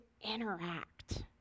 interact